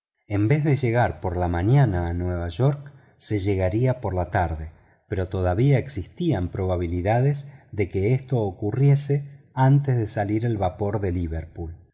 en vez de llegar por la mañana a nueva york se llegaría por la tarde pero todavía existían probabilidades de que esto ocurriese antes de salir el vapor de liverpool